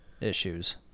issues